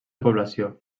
població